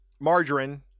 margarine